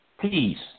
Please